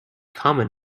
common